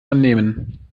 annehmen